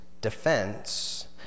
defense